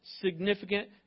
significant